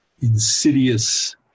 insidious